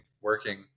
working